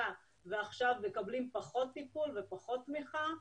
ועכשיו מקבלים פחות טיפול ופחות תמיכה,